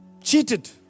cheated